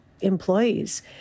employees